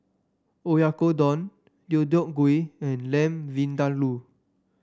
Oyakodon Deodeok Gui and Lamb Vindaloo